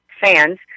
fans